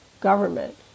government